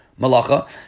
malacha